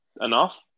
enough